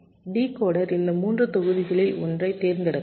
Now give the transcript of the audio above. decoder இந்த 3 தொகுதிகளில் ஒன்றைத் தேர்ந்தெடுக்கலாம்